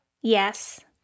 Yes